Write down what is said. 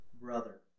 brother